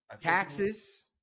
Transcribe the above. taxes